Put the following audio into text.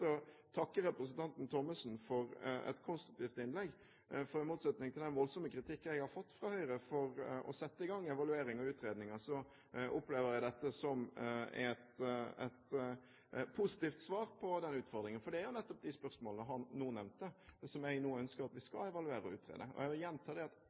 å takke representanten Thommessen for et konstruktivt innlegg, for i motsetning til den voldsomme kritikken jeg har fått fra Høyre for å sette i gang evaluering og utredninger, opplever jeg dette som et positivt svar på den utfordringen. Det er jo nettopp de spørsmålene han nå nevnte, som jeg nå ønsker at vi skal evaluere og utrede. Jeg vil gjenta at